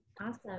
Awesome